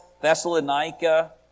Thessalonica